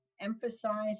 emphasize